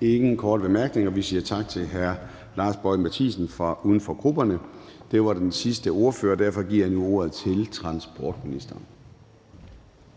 ingen korte bemærkninger. Vi siger tak til hr. Lars Boje Mathiesen, uden for grupperne, som var den sidste ordfører. Derfor giver jeg nu ordet til transportministeren.